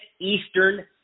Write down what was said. Eastern